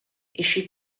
issue